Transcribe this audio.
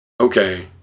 okay